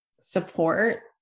support